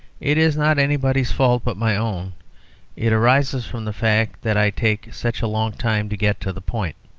it is not anybody's fault but my own it arises from the fact that i take such a long time to get to the point.